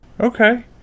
Okay